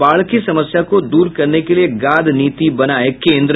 बाढ़ की समस्या को दूर करने के लिये गाद नीति बनाये केंद्र